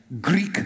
Greek